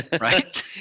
Right